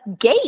gate